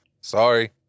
sorry